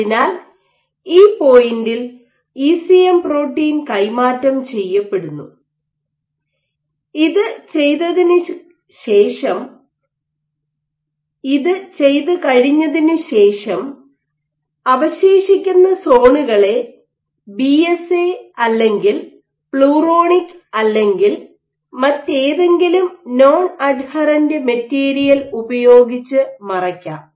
അതിനാൽ ഈ പോയിന്റിൽ ഇസിഎം പ്രോട്ടീൻ കൈമാറ്റം ചെയ്യപ്പെടുന്നു ഇത് ചെയ്തുകഴിഞ്ഞതിനു ശേഷം അവശേഷിക്കുന്ന സോണുകളെ ബിഎസ്എ അല്ലെങ്കിൽ പ്ലൂറോണിക് അല്ലെങ്കിൽ മറ്റേതെങ്കിലും നോൺ അഡ്ഹറന്റ് മെറ്റീരിയൽ ഉപയോഗിച്ച് മറയ്ക്കാം